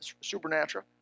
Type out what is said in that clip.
supernatural